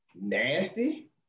Nasty